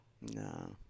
No